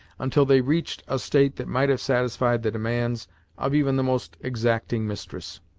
until they reached a state that might have satisfied the demands of even the most exacting mistress.